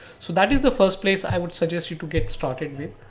so that is the first place i would suggest you to get started with.